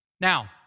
Now